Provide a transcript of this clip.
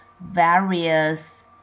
various